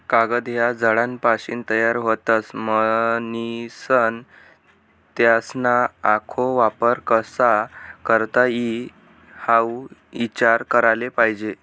कागद ह्या झाडेसपाशीन तयार व्हतस, म्हनीसन त्यासना आखो वापर कशा करता ई हाऊ ईचार कराले जोयजे